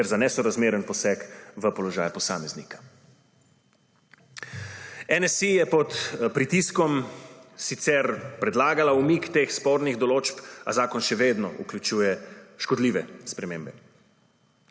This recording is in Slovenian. ter za nesorazmeren poseg v položaj posameznika. NSi je pod pritiskom sicer predlagala umik teh spornih določb, a zakon še vedno vključuje škodljive spremembe.